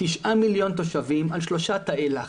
תשעה מליון תושבים על שלושה תאי לחץ.